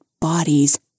bodies